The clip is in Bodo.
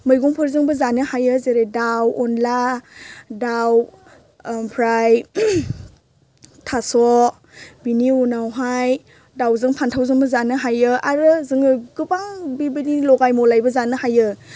मैगंफोरजोंबो जानो हायो जेरै दाउ अनला दाउ ओमफ्राय थास' बिनि उनावहाय दाउजों फानथावजोंबो जानो हायो आरो जोङो गोबां बिबायदिनो लगाय मिलायबो जानो हायो